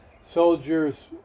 soldiers